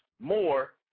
more